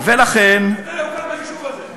ולכן, מתי הוקם היישוב הזה?